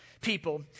people